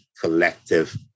collective